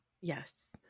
Yes